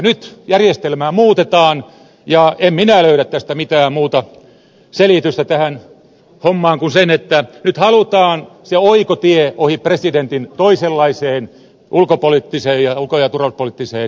nyt järjestelmää muutetaan ja en minä löydä tästä mitään muuta selitystä tähän hommaan kuin sen että nyt halutaan se oikotie ohi presidentin toisenlaiseen ulkopoliittiseen ja ulko ja turvallisuuspoliittiseen menoon